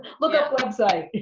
look up website.